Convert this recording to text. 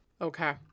okay